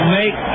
make